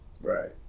Right